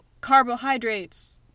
carbohydrates